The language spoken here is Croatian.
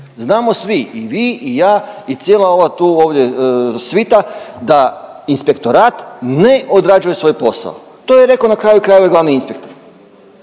Znamo svi i vi i ja i cijela ova tu ovdje svita da inspektorat ne odrađuje svoj posao. To je rekao na kraju krajeva i glavni inspektor.